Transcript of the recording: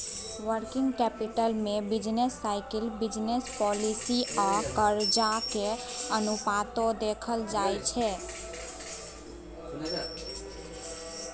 working capital में business cycle, business policy आ कर्जा के अनुपातो देखल जाइ छइ